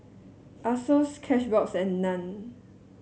Asos Cashbox and Nan